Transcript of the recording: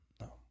No